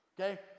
okay